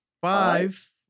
five